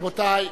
רבותי,